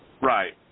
right